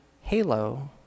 halo